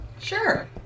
Sure